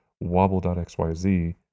wobble.xyz